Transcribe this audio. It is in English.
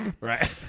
Right